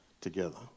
together